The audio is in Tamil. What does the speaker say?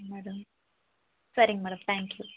ஓகே மேடம் சரிங்க மேடம் தேங்க்யூ